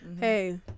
Hey